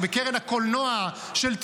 אם